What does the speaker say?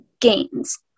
gains